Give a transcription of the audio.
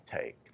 take